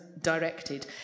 directed